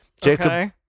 Jacob